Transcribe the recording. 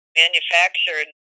manufactured